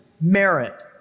merit